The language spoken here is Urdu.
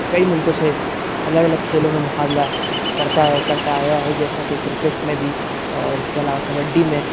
کئی ملکوں سے الگ الگ کھیلوں میں مقابلہ کرتا ہے کرتا آیا ہے جیسا کہ کرکٹ میں بھی اور اِس کے علاوہ کبڈی میں